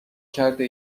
کرده